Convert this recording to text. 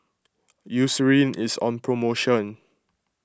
Eucerin is on promotion